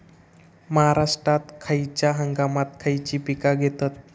महाराष्ट्रात खयच्या हंगामांत खयची पीका घेतत?